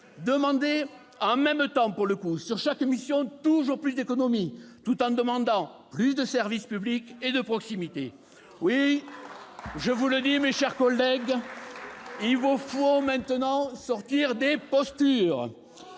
demander, en même temps pour le coup, sur chaque mission toujours plus d'économies tout en réclamant plus de services publics et de proximité ? Oui, je vous le dis, mes chers collègues, il vous faut maintenant sortir des postures